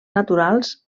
naturals